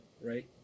right